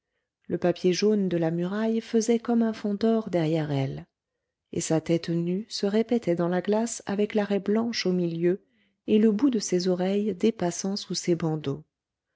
le papier jaune de la muraille faisait comme un fond d'or derrière elle et sa tête nue se répétait dans la glace avec la raie blanche au milieu et le bout de ses oreilles dépassant sous ses bandeaux